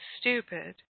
stupid